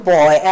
Boy